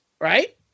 right